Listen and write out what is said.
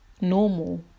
normal